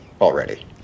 already